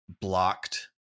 blocked